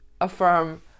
affirm